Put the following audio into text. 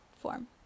form